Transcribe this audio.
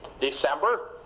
December